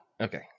Okay